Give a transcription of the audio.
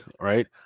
right